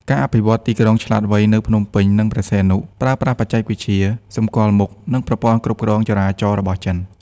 ការអភិវឌ្ឍ "ទីក្រុងឆ្លាតវៃ" នៅភ្នំពេញ និងព្រះសីហនុ ប្រើប្រាស់បច្ចេកវិទ្យាសម្គាល់មុខ និងប្រព័ន្ធគ្រប់គ្រងចរាចរណ៍របស់ចិន។